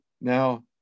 Now